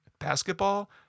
Basketball